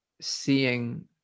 seeing